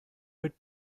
mit